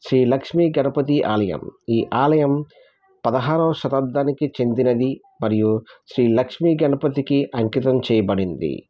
శ్రీ లక్ష్మీ గణపతి ఆలయం ఈ ఆలయం పదహారవ శతాబ్దానికి చెందినది మరియు శ్రీ లక్ష్మి గణపతికి అంకితం చేయబడింది